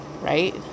right